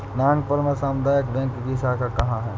नागपुर में सामुदायिक बैंक की शाखा कहाँ है?